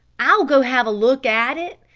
i'll go have a look at it,